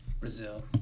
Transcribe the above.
Brazil